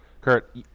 Kurt